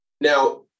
Now